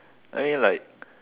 I eat like